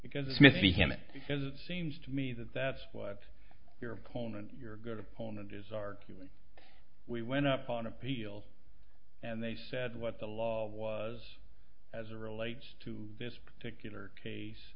because it's misbehaving because it seems to me that that's what your opponent your good opponent is arguing we went up on appeal and they said what the law was as a relates to this particular case